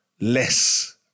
less